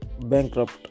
bankrupt